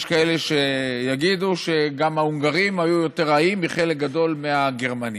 יש כאלה שיגידו שגם ההונגרים היו יותר רעים מחלק גדול מהגרמנים.